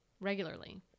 regularly